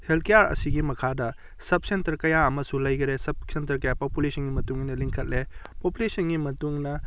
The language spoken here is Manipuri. ꯍꯦꯜꯊ ꯀꯤꯌꯥꯔ ꯑꯁꯤꯒꯤ ꯃꯈꯥꯗ ꯁꯕ ꯁꯦꯟꯇꯔ ꯀꯌꯥ ꯑꯃꯁꯨ ꯂꯩꯈ꯭ꯔꯦ ꯁꯕ ꯁꯦꯟꯇꯔ ꯀꯌꯥ ꯄꯣꯄꯨꯂꯦꯁꯟꯒꯤ ꯃꯇꯨꯡ ꯏꯟꯅ ꯂꯤꯡꯈꯠꯂꯦ ꯄꯣꯄꯨꯂꯦꯁꯟꯒꯤ ꯃꯇꯨꯡ ꯏꯟꯅ